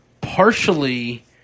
partially